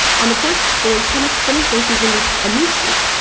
on the courts, boys tennis finished their season with a new streak.